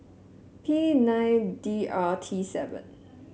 P nine D R T seven